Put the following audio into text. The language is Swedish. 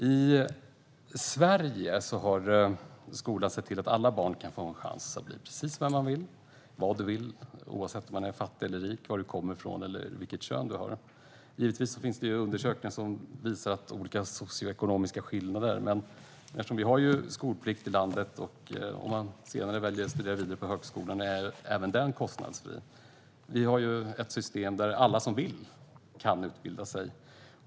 I Sverige har skolan sett till att alla barn har chans att bli precis vad man vill oavsett om man är fattig eller rik, var man kommer ifrån eller vilket kön som man har. Givetvis finns det undersökningar som visar att det finns olika socioekonomiska skillnader. Vi har skolplikt i landet. Om man senare väljer att studera vidare på högskola så är även den kostnadsfri. I vårt system kan alla som vill utbilda sig.